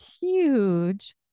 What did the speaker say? huge